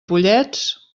pollets